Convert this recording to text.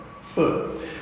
foot